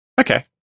Okay